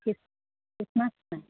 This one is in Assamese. খ্ৰীষ্টমাছ নাই